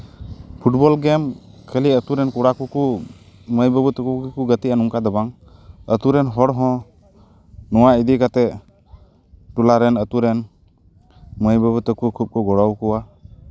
football game ᱠᱷᱟᱹᱞᱤ ᱟᱹᱛᱩ ᱨᱮᱱ ᱠᱚᱲᱟ ᱠᱚᱠᱚ ᱢᱟᱹᱭ ᱵᱟᱹᱵᱩ ᱛᱟᱠᱚ ᱜᱮᱠᱚ ᱜᱟᱛᱮᱜᱼᱟ ᱱᱚᱝᱠᱟ ᱫᱚ ᱵᱟᱝ ᱟᱹᱛᱩ ᱨᱮᱱ ᱦᱚᱲ ᱦᱚᱸ ᱱᱚᱣᱟ ᱤᱫᱤ ᱠᱟᱛᱮᱫ ᱴᱚᱞᱟ ᱨᱮᱱ ᱟᱹᱛᱩ ᱨᱮᱱ ᱢᱟᱹᱭᱼᱵᱟᱹᱵᱩ ᱛᱟᱠᱚ ᱠᱚ ᱜᱚᱲᱚᱣᱟᱠᱚᱣᱟ